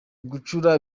gucura